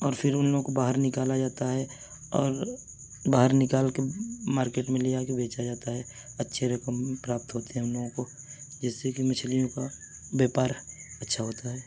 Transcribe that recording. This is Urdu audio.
اور پھر ان لوگوں کو باہر نکالا جاتا ہے اور باہر نکال کے مارکیٹ میں لے آ کے بیچا جاتا ہے اچھے رقم پراپت ہوتے ہیں ان لوگوں کو جس سے کہ مچھلیوں کا ویوپار اچھا ہوتا ہے